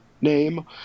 name